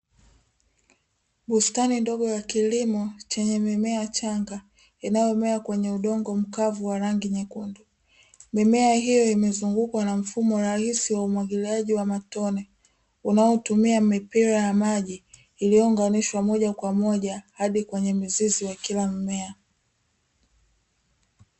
Bustani ndogo ya kilimo chenye mimea changa inayomea kwenye udongo mkavu wa rangi nyekundu. Mimea hiyo imezungukwa na mfumo rahisi wa umwagiliaji wa matone unaotumia mipira ya maji iliyounganishwa moja kwa moja hadi kwenye mizizi ya kila mmea.